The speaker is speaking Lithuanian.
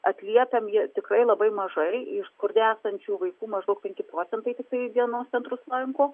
atliekam ją tikrai labai mažai iš skurde esančių vaikų maždaug penki procentai tiktai dienos centrus lanko